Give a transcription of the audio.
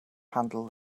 handle